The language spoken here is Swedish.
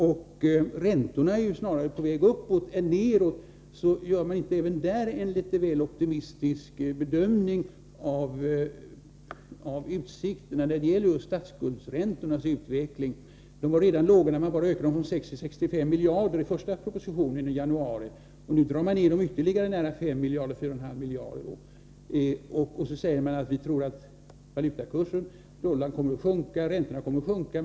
Och räntorna är snarare på väg uppåt än nedåt, så jag undrar om man inte även där gör en litet väl optimistisk bedömning av utsikterna när det gäller just statsskuldsräntornas utveckling. De var låga redan när man bara ökade dem från 60 till 65 miljarder i den första propositionen i januari, och nu drar man ned dem ytterligare med 4,5 miljarder och säger att man tror att dollarn och räntorna kommer att sjunka.